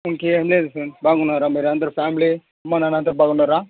ఇంకేం లేదు సార్ బాగున్నారా మీరు అందరు ఫ్యామిలీ అమ్మ నాన్న అంతా బాగున్నారా